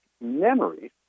memories